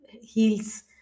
heals